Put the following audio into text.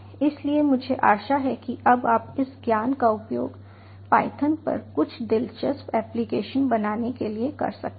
इसलिए मुझे आशा है कि अब आप इस ज्ञान का उपयोग पायथन पर कुछ दिलचस्प एप्लिकेशन बनाने के लिए कर सकते हैं